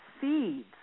seeds